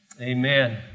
Amen